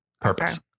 Purpose